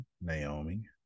Naomi